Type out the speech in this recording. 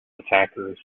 attackers